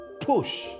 push